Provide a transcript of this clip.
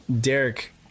Derek